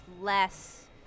less